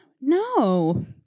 no